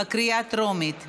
בקריאה טרומית.